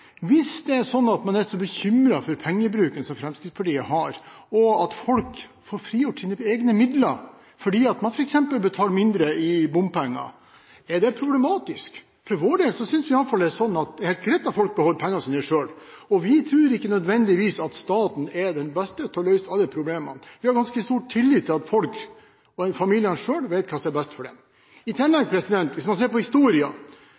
Hvis det er sånn at man er så bekymret for Fremskrittspartiets pengebruk, for at folk skal få frigjort egne midler fordi de f.eks. betaler mindre i bompenger, hvorfor er det så problematisk? For vår del synes vi det er helt greit at folk får beholde pengene sine selv, og vi tror ikke at staten nødvendigvis er den beste til å løse alle problemene. Vi har ganske stor tillit til at folk og familiene selv vet sitt eget beste. I tillegg, hvis man ser på historien, er det jo et faktum at man i